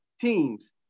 teams